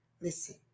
listen